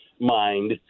mind